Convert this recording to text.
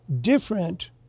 different